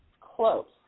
close